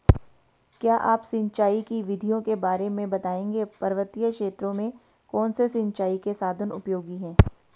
क्या आप सिंचाई की विधियों के बारे में बताएंगे पर्वतीय क्षेत्रों में कौन से सिंचाई के साधन उपयोगी हैं?